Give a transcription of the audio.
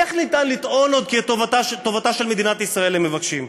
איך ניתן לטעון עוד כי את טובתה של מדינת ישראל הם מבקשים?